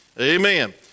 Amen